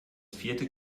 vierte